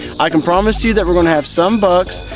i can promise you that we're going to have some bucks,